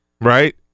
right